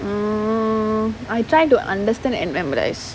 mm I try to understand and memorise